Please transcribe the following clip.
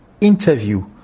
interview